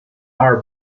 are